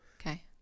Okay